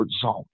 zone